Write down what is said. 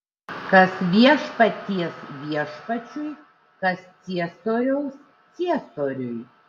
kas viešpaties viešpačiui kas ciesoriaus ciesoriui